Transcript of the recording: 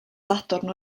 sadwrn